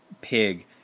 pig